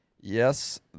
Yes